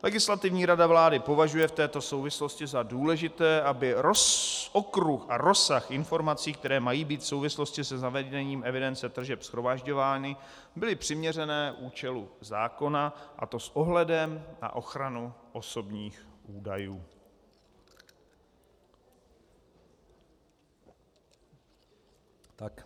Legislativní rada vlády považuje v této souvislosti za důležité, aby okruh a rozsah informací, které mají být v souvislosti se zavedením evidence tržeb shromažďovány, byly přiměřené účelu zákona, a to s ohledem na ochranu osobních údajů.